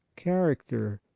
character,